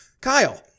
Kyle